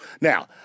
Now